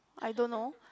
I don't know